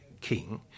King